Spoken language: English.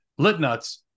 Litnuts